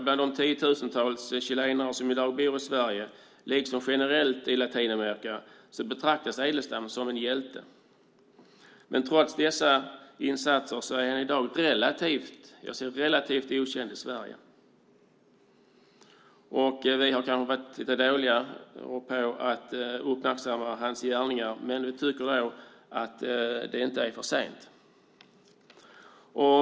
Bland de tiotusentals chilenare som i dag bor i Sverige liksom generellt i Latinamerika betraktas Edelstam som en hjälte. Trots dessa insatser är han i dag relativt okänd i Sverige. Vi har kanske varit dåliga på att uppmärksamma hans gärningar. Vi tycker att det inte är för sent.